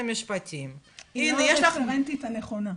המשפטים --- היא לא הרפרנטית הנכונה,